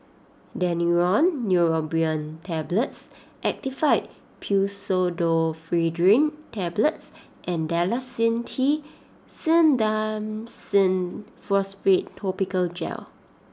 Daneuron Neurobion Tablets Actifed Pseudoephedrine Tablets and Dalacin T Clindamycin Phosphate Topical Gel